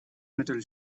metal